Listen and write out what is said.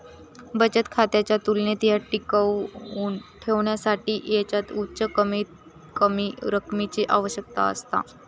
बचत खात्याच्या तुलनेत ह्या टिकवुन ठेवसाठी ह्याच्यात उच्च कमीतकमी रकमेची आवश्यकता असता